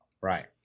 Right